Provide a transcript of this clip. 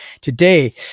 today